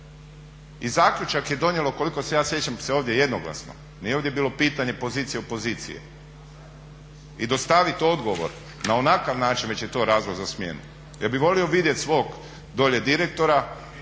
I zaključak je donijelo koliko se ja sjećam ovdje jednoglasno. Nije ovdje bilo pitanje pozicije, opozicije. I dostaviti odgovor na onakav način, već je to razlog za smjenu. Jel bi volio vidjeti svog dolje direktora